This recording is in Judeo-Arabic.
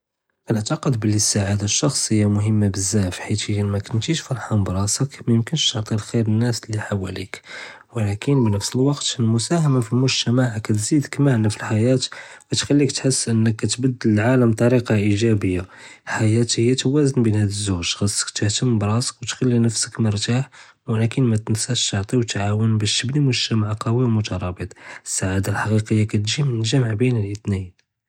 كنעתאقد בלי הסאעדה השרסיה مهمة בזאף, חית אלא מקונתיוש פרחאן ברסכ, מיימכינש תעטי אלחיר לנאס לי ח'וואיך, לנק פנפס אלוואקט אלמסאומה פי אלמזת'ע תזידכ מענא פי אלחייאה ותחליק תחס אינך כתבדל אלעלם בטאריקה איג'אביה, אלחייאה היא תוואזון בין הדז זוג, חאסכ תהתם ברסכ ותחלי נפסק מורתה ולקין מתנש תעטי ותעון באש تبني מזת'ע קווי ומתראטב, אלסאעדה אלחקיقیה كتג'י מן אלג'מ' בין אלת'ניין.